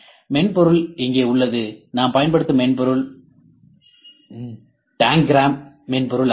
மென்பொருள் இங்கே உள்ளது நாம் பயன்படுத்தும் மென்பொருள் டாங்கிராம் மென்பொருள் ஆகும்